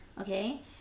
okay